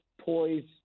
poised